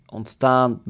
ontstaan